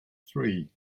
three